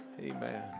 amen